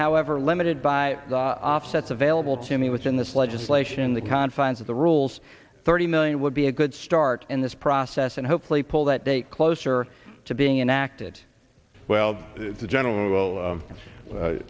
however limited by the offsets available to me which in this legislation the confines of the rules thirty million would be a good start in this process and hopefully pull that day closer to being enacted well the general will